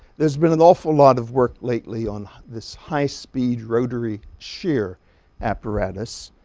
there's been an awful lot of work lately on this high speed rotary shear apparatus.